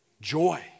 joy